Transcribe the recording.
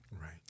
Right